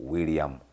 William